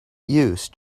use